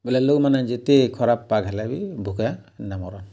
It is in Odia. ଲୋକ୍ମାନେ ଯେତେ ଖରାପ୍ ପାଗ୍ ହେଲେ ବି ଭୁକେ ନାଇ ମରନ୍